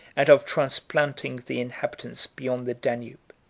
and of transplanting the inhabitants beyond the danube.